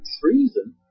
treason